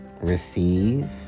receive